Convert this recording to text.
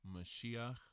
Mashiach